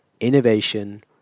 innovation